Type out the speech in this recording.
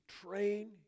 train